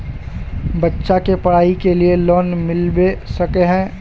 बच्चा के पढाई के लिए लोन मिलबे सके है?